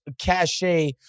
cachet